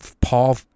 Paul